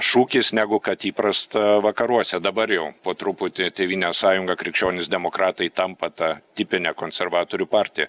šūkis negu kad įprasta vakaruose dabar jau po truputį tėvynės sąjunga krikščionys demokratai tampa ta tipine konservatorių partija